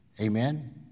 Amen